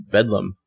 Bedlam